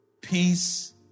peace